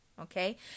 Okay